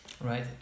right